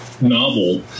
novel